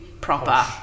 proper